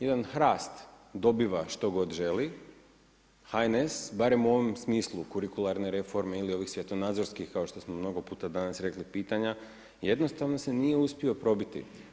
Jedan HRAST dobiva što god želi, HNS barem u ovom smislu kurikularne reforme ili ovih svjetonazorskih kao što smo mnogo puta danas rekli pitanja, jednostavno se nije uspio probiti.